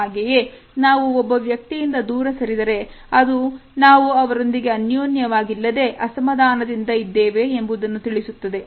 ಹಾಗೆಯೇ ನಾವು ಒಬ್ಬ ವ್ಯಕ್ತಿಯಿಂದ ದೂರ ಸರಿದರೆ ಅದು ನಾವು ಅವರೊಂದಿಗೆ ಅನ್ಯೋನ್ಯವಾಗಿಲ್ಲದೆ ಅಸಮಾಧಾನದಿಂದ ಇದ್ದೇವೆ ಎಂಬುದನ್ನು ತಿಳಿಸುತ್ತದೆ